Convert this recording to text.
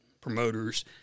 promoters